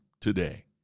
today